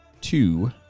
two